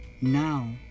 now